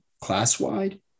class-wide